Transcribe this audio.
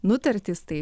nutartys tai